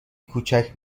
کوچک